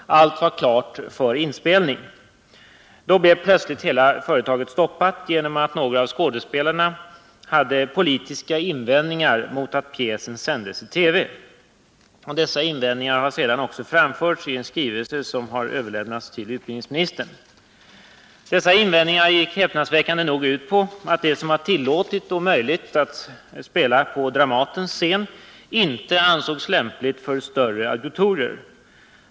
Allt var klart för inspelning. Då blev plötsligt hela företaget stoppat genom att några av skådespelarna hade politiska invändningar mot att pjäsen sändes i TV. Dessa invändningar har sedan framförts i en skrivelse som har överlämnats till utbildningsministern. Dessa invändningar gick häpnadsväckande nog ut på att det som var tillåtet och möjligt att spela på Dramatens scen inte ansågs lämpligt för större auditorier.